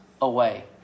away